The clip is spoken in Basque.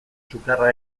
sukarra